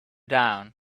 down